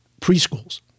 preschools